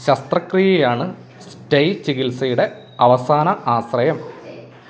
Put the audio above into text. ശസ്ത്രക്രിയയാണ് stye ചികിത്സയുടെ അവസാന ആശ്രയം